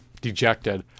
dejected